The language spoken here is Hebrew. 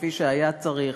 כפי שהיה צריך,